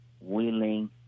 willing